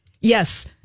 Yes